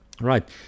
right